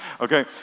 okay